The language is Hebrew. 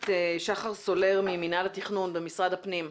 את שחר סולר ממינהל התכנון במשרד הפנים.